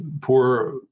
poor